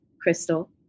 Crystal